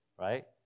right